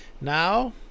Now